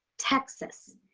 texas.